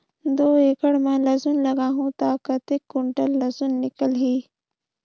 दो एकड़ मां लसुन लगाहूं ता कतेक कुंटल लसुन निकल ही?